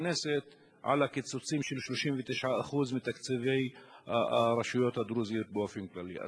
בכנסת על הקיצוצים של 39% מתקציבי הרשויות הדרוזיות באופן כללי.